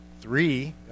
three